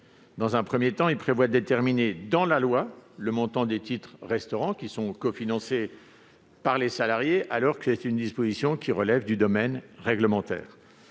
Premièrement, il prévoit de déterminer dans la loi le montant des titres-restaurants cofinancés par les salariés, alors que cette disposition relève du domaine réglementaire.